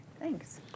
thanks